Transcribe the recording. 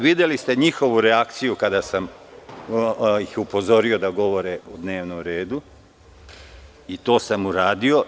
Videli ste njihovu reakciju kada sam ih upozorio da govore o dnevnom redu, i to sam uradio.